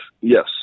yes